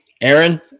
Aaron